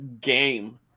game